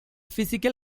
physical